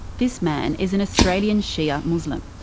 this man is an australian shia muslim.